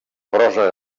prosa